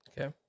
okay